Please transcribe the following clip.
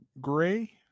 Gray